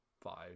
five